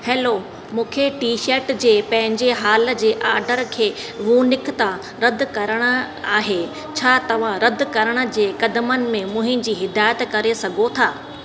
hello मूंखे T shirt जे पंहिंजे हाल जे आर्डर खे वूनिक तां रद्द करिणो आहे छा तव्हां रद्द करण जे क़दमनि में मुंहिंजी हिदाइतु करे सघो था